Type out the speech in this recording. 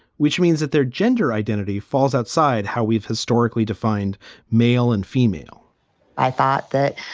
which means that their gender identity falls outside how we've historically defined male and female i thought that